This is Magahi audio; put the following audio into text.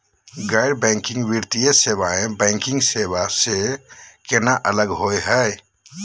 गैर बैंकिंग वित्तीय सेवाएं, बैंकिंग सेवा स केना अलग होई हे?